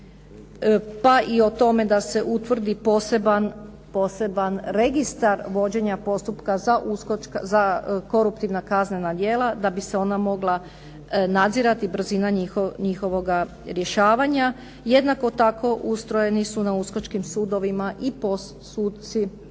pa i o tome da se utvrdi poseban registar vođenja postupka za koruptivna kaznena djela da bi se ona mogla nadzirati, brzina njihova rješavanja. Jednako tako ustrojeni su na uskočkim sudovima i possuci